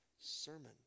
Sermon